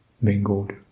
mingled